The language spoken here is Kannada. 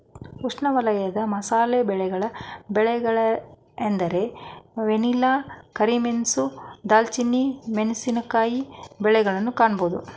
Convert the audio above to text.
ಉಷ್ಣವಲಯದ ಮಸಾಲೆ ಬೆಳೆಗಳ ಬೆಳೆಗಳೆಂದರೆ ವೆನಿಲ್ಲಾ, ಕರಿಮೆಣಸು, ದಾಲ್ಚಿನ್ನಿ, ಮೆಣಸಿನಕಾಯಿ ಬೆಳೆಗಳನ್ನು ಕಾಣಬೋದು